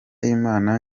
imana